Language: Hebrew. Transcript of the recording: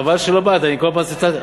חבל שלא באת, אני כל הזמן צלצלתי.